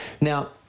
Now